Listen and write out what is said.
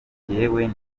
njyewe